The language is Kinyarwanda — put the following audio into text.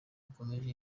akomeje